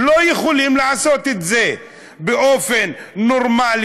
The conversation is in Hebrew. לא יכולים לעשות את זה באופן נורמלי,